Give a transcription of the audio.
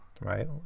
right